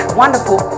wonderful